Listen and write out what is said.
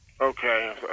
Okay